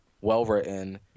well-written